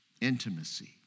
Intimacy